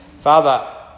Father